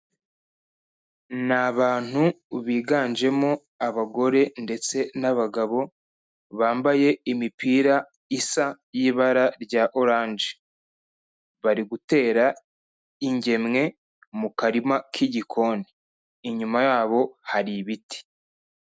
Ni abantu biganjemo abagore ndetse nabagabo, bambaye imipira isa y'ibara rya oranje. Bari gutera ingemwe mu karima k'igikoni. Inyuma yabo hari ibiti.